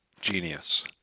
genius